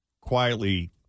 quietly